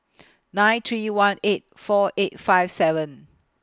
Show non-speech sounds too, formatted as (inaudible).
(noise) nine three one eight four eight five seven